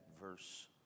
verse